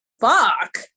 Fuck